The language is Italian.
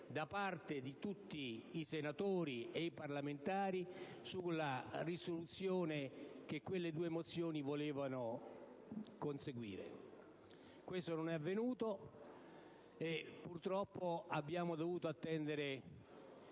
da parte di tutti i parlamentari sulla soluzione che quelle due mozioni volevano conseguire. Ciò non è avvenuto, e purtroppo abbiamo dovuto attendere